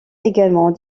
également